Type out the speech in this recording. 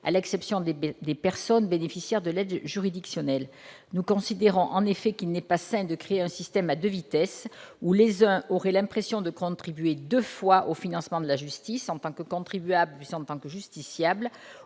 exemptées les personnes bénéficiaires de l'aide juridictionnelle. Nous considérons en effet qu'il n'est pas sain de créer un système à deux vitesses, où les uns auraient l'impression de contribuer deux fois au financement de la justice, en tant que contribuables puis en tant que justiciables